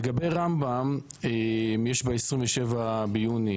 לגבי רמב"ם, יש ב-27 ביוני